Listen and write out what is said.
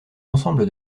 ensemble